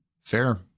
fair